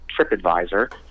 TripAdvisor